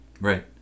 right